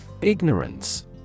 Ignorance